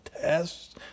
tests